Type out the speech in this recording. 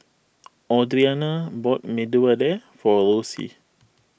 Audrianna bought Medu Vada for Rosie